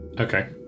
Okay